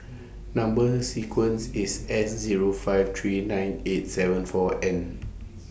Number sequence IS S Zero five three nine eight seven four N